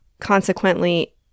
consequently